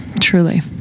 truly